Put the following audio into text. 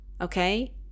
okay